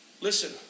Listen